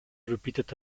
repeated